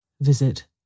Visit